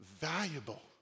Valuable